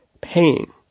paying